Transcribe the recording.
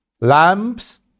lamps